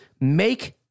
make